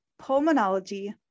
pulmonology